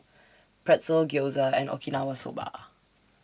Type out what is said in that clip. Pretzel Gyoza and Okinawa Soba